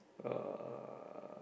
uh